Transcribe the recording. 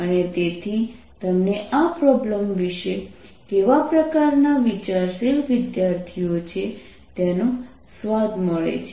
અને તેથી તમને આ પ્રોબ્લેમ વિશે કેવા પ્રકારના વિચારશીલ વિદ્યાર્થીઓ છે તેનો સ્વાદ મળે છે